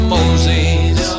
Moses